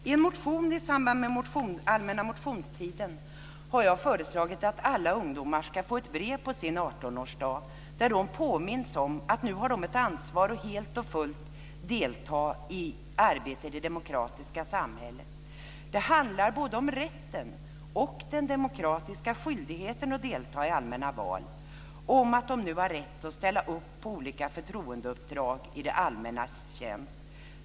I en motion i samband med allmänna motionstiden har jag föreslagit att alla ungdomar ska få ett brev på sin 18-årsdag där de påminns om att de nu har ett ansvar för att helt och fullt delta i arbetet i det demokratiska samhället. Det handlar om både rätten och den demokratiska skyldigheten att delta i allmänna val och om att de har rätt att ställa upp på olika förtroendeuppdrag i det allmännas tjänst.